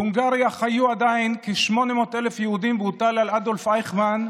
בהונגריה חיו עדיין כ-800,000 יהודים והוטל על אדולף אייכמן,